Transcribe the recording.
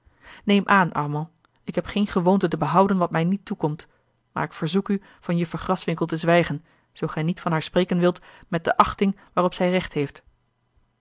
neem aan armand ik heb geene gewoonte te behouden wat mij niet toekomt maar ik verzoek u van juffer graswinckel te zwijgen zoo gij niet van haar wilt spreken met de achting waarop zij recht heeft